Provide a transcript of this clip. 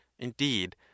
Indeed